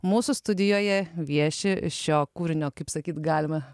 mūsų studijoje vieši šio kūrinio kaip sakyt galima